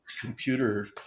computer